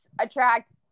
attract